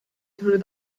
through